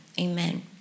amen